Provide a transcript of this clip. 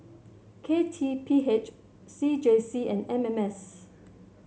K T P H C J C and M M S